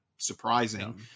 surprising